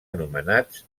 anomenats